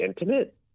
intimate